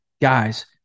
Guys